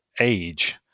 age